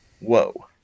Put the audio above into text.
whoa